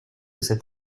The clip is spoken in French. cet